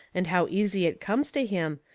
and how easy it comes to him,